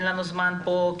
אין לנו זמן פה.